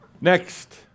Next